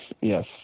yes